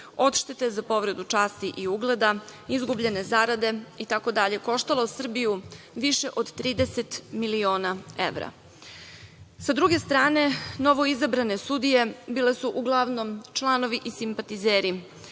odštete za povredu časti i ugleda, izgubljene zarade itd, koštalo Srbiju više od 30 miliona evra. Sa druge strane, novoizabrane sudije bile su uglavnom članovi i simpatizeri